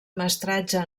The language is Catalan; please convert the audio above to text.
mestratge